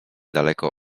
daleko